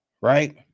right